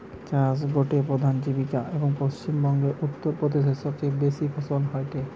চাষ গটে প্রধান জীবিকা, এবং পশ্চিম বংগো, উত্তর প্রদেশে সবচেয়ে বেশি ফলন হয়টে